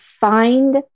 find